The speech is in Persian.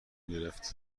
گرفت